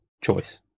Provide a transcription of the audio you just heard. choice